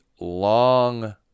long